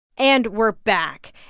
and we're back.